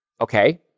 Okay